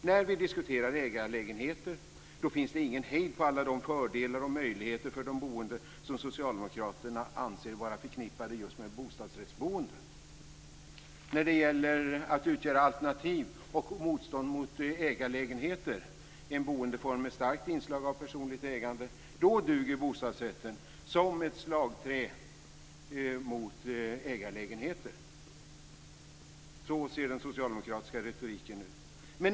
När vi diskuterar ägarlägenheter finns det ingen hejd på alla de fördelar för de boende som socialdemokraterna anser vara förknippade just med bostadsrättsboende. När det gäller att utgöra alternativ och motståndet mot ägarlägenheter, en boendeform med ett starkt inslag av personligt ägande, duger bostadsrätten som ett slagträ mot ägarlägenheter. Så ser den socialdemokratiska retoriken ut.